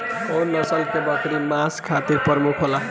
कउन नस्ल के बकरी मांस खातिर प्रमुख होले?